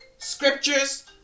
scriptures